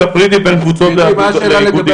תפרידי בין קבוצות לאיגודים.